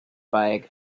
bag